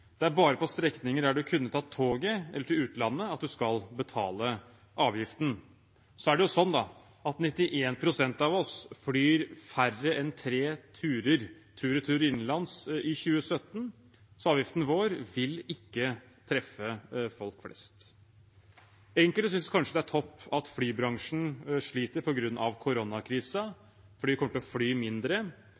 Det er bare på strekninger der en kunne tatt toget, eller til utlandet, at en skal betale avgiften. Så er det jo sånn at 91 pst. av oss fløy færre enn tre turer tur–retur innenlands i 2017. Så avgiften vår vil ikke treffe folk flest. Enkelte synes kanskje det er topp at flybransjen sliter på grunn av koronakrisa fordi vi kommer til å fly mindre,